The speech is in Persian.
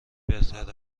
بهتر